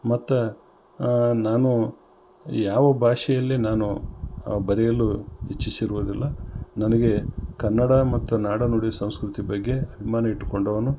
ಮತ್ತು ನಾನು ಯಾವ ಭಾಷೆಯಲ್ಲಿ ನಾನು ಬರೆಯಲು ಇಚ್ಛಿಸಿರುವುದಿಲ್ಲ ನನಗೆ ಕನ್ನಡ ಮತ್ತು ನಾಡನುಡಿ ಸಂಸ್ಕೃತಿ ಬಗ್ಗೆ ಅಭಿಮಾನ ಇಟ್ಟುಕೊಂಡವನು